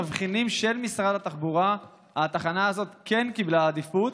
בתבחינים של משרד התחבורה התחנה הזאת כן קיבלה עדיפות,